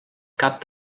cap